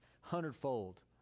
hundredfold